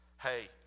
Hey